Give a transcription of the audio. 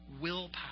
willpower